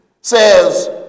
says